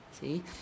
See